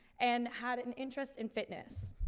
and had an interest in fitness.